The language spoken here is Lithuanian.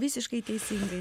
visiškai teisingai